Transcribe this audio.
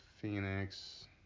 Phoenix